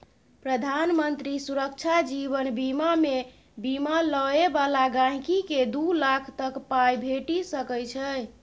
प्रधानमंत्री सुरक्षा जीबन बीमामे बीमा लय बला गांहिकीकेँ दु लाख तक पाइ भेटि सकै छै